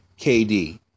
KD